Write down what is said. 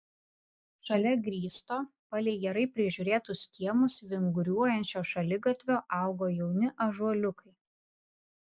šalia grįsto palei gerai prižiūrėtus kiemus vingiuojančio šaligatvio augo jauni ąžuoliukai